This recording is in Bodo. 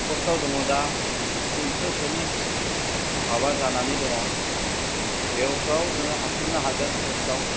पस्टआ दङ दा तिनस'सोनि माबा जानानै दङ बेफ्राव नों हाबसननो हागोन पस्टआव